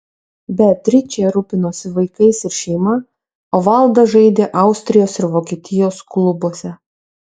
beatričė rūpinosi vaikais ir šeima o valdas žaidė austrijos ir vokietijos klubuose